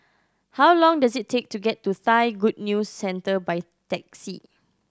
how long does it take to get to Thai Good News Centre by taxi